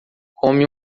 come